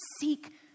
seek